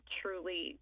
truly